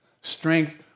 strength